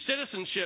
citizenship